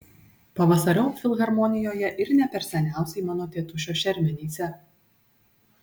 pavasariop filharmonijoje ir ne per seniausiai mano tėtušio šermenyse